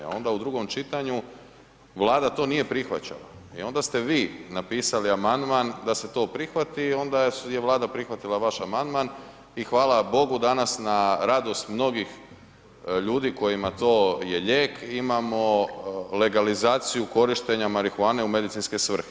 A onda u drugom čitanju Vlada to nije prihvaćala i onda ste vi napisali amandman da se to prihvati i onda je Vlada prihvatila vaš amandman i hvala Bogu danas na radost mnogih ljudi kojima to je lijek imamo legalizaciju korištenja marihuane u medicinske svrhe.